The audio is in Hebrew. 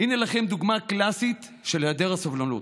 הינה לכם דוגמה קלסית של היעדר הסובלנות.